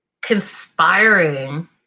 conspiring